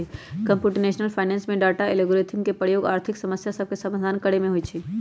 computational finance में data, algorithm के प्रयोग आर्थिक समस्या सभके समाधान करे में होइ छै